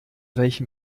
welchem